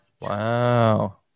Wow